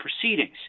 proceedings